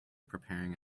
preparing